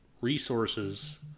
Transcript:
resources